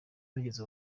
rugeze